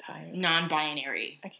non-binary